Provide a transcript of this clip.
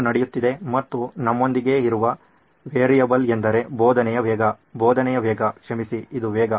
ಏನು ನಡೆಯುತ್ತಿದೆ ಮತ್ತು ನಮ್ಮೊಂದಿಗೆ ಇರುವ ವೇರಿಯೇಬಲ್ ಎಂದರೆ ಬೋಧನೆಯ ವೇಗ ಬೋಧನೆಯ ವೇಗ ಕ್ಷಮಿಸಿ ಇದು ವೇಗ